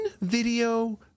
video